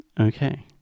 Okay